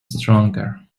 stronger